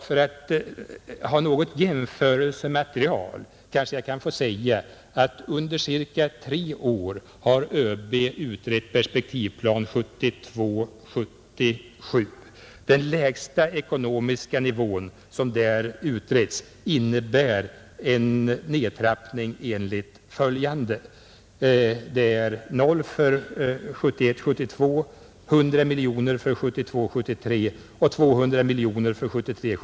För att ha något jämförelsematerial kanske jag får säga att under ca tre år har ÖB utrett perspektivplan 72 72, 100 miljoner kronor för 1972 74.